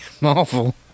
Marvel